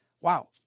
Wow